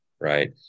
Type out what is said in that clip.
right